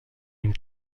une